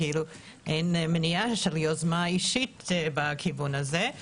אין מניעה של יוזמה אישית בכיוון הזה.